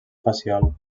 facial